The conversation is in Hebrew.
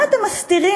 מה אתם מסתירים?